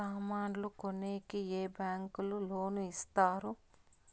సామాన్లు కొనేకి ఏ బ్యాంకులు లోను ఇస్తారు?